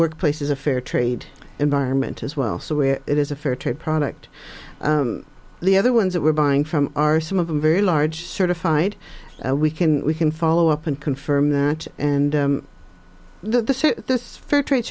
workplace is a fair trade environment as well so where it is a fair trade product the other ones that we're buying from are some of the very large certified we can we can follow up and confirm that and this is this fair trade